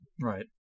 Right